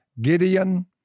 gideon